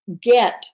get